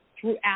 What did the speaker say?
throughout